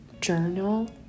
journal